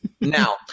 Now